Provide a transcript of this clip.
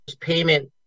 payment